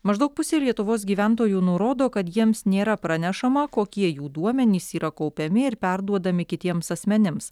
maždaug pusė lietuvos gyventojų nurodo kad jiems nėra pranešama kokie jų duomenys yra kaupiami ir perduodami kitiems asmenims